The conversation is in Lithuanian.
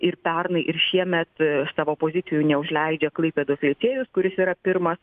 ir pernai ir šiemet savo pozicijų neužleidžia klaipėdos licėjus kuris yra pirmas